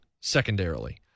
secondarily